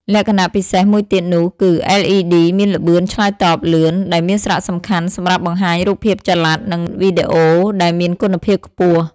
លក្ខណៈពិសេសមួយទៀតនោះគឺLED មានល្បឿនឆ្លើយតបលឿន ដែលមានសារៈសំខាន់សម្រាប់បង្ហាញរូបភាពចល័ត និងវីដេអូដែលមានគុណភាពខ្ពស់។